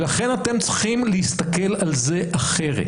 לכן אתם צריכים להסתכל על זה אחרת.